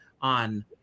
on